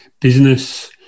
business